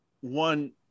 one